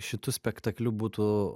šitu spektakliu būtų